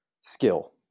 skill